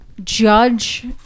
judge